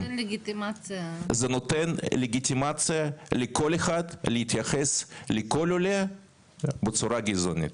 זה נותן לגיטימציה לכל אחד להתייחס לכל עולה בצורה גזענית.